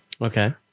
okay